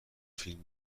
فیلم